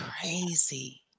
crazy